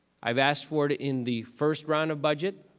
i've asked for it in the first round of budget,